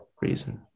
reason